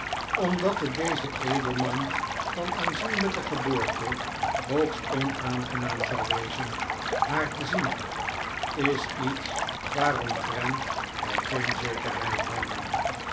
omdat het dezen edelman van aanzienlijke geboorte hoogst onaangenaam zou wezen haar te zien is iets waaromtrent wij geen zekerheid hebben